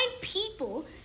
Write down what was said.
people